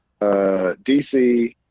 DC